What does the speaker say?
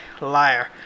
Liar